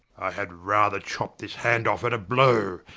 had rather chop this hand off at a blow,